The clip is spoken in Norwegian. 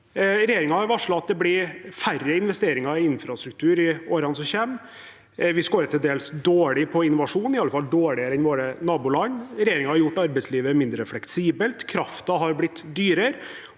Regjeringen har varslet at det blir færre investeringer i infrastruktur i årene som kommer. Vi skårer til dels dårlig på innovasjon, iallfall dårligere enn våre naboland. Regjeringen har gjort arbeidslivet mindre fleksibelt. Kraften har blitt dyrere.